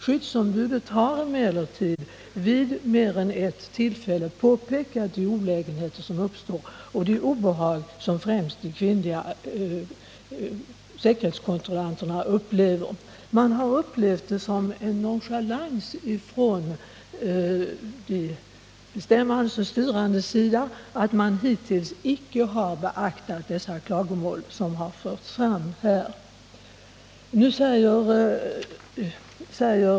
Skyddsombudet har emellertid vid mer än ett tillfälle pekat på de olägenheter som uppstår och de obehag som främst de kvinnliga säkerhetskontrollanterna upplever. Man har uppfattat det som en nonchalans från de bestämmandes och styrandes sida att de framförda klagomålen inte har beaktats.